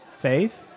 Faith